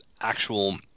actual